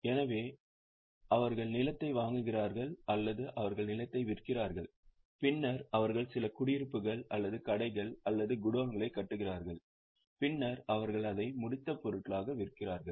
எனவே அவர்கள் நிலத்தை வாங்குகிறார்கள் அல்லது அவர்கள் நிலத்தை விற்கிறார்கள் பின்னர் அவர்கள் சில குடியிருப்புகள் அல்லது கடைகள் அல்லது கோடவுன்களைக் கட்டுகிறார்கள் பின்னர் அவர்கள் அதை முடித்த பொருட்களாக விற்கிறார்கள்